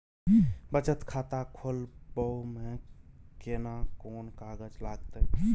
बचत खाता खोलबै में केना कोन कागज लागतै?